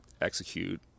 execute